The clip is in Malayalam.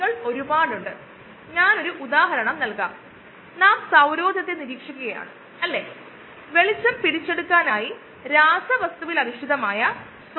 പിന്നീട് കോഴ്സ്ന്റെ ബാക്കി ഭാഗത്തോട്ട് നീങ്ങുന്നു നമ്മൾ നമ്മുടെ കുറച്ചു ശ്രദ്ധ എങ്ങനെ ഓപ്പറേറ്റ് ചെയുന്നുയെന്നു അല്ലെങ്കിൽ ഈ കോശങ്ങൾ യഥാർത്ഥത്തിൽ എങ്ങനെ പ്രവർത്തിക്കുന്നു എന്ന അടിസ്ഥാനമാക്കി തന്ത്രങ്ങൾ നോക്കുന്നു